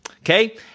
Okay